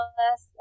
less